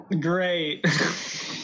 Great